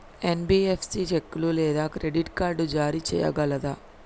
NBFC చెక్కులు లేదా credit card జారీ చేయగలదా?